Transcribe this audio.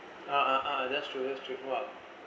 ah ah ah that's true that's true what